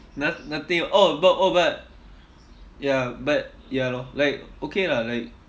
no~ nothing oh but oh but ya but ya lor like okay lah like